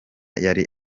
yari